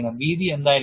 വീതി എന്തായിരിക്കണം